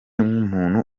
nk’umuntu